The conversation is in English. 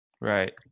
Right